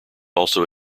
also